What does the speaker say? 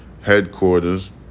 headquarters